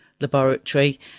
laboratory